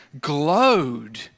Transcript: glowed